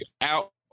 out